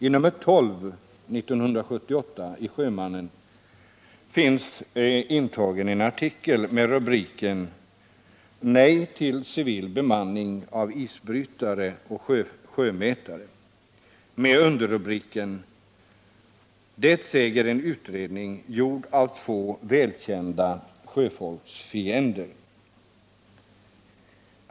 I nr 12 år 1978 av Sjömannen finns intagen en artikel med rubriken Nej till civil bemanning på isbrytare och sjömätare, med underrubriken Det säger en utredning, gjord av två välkända sjöfolksfiender.